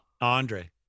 Andre